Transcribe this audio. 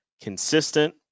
consistent